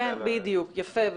יפה מאוד,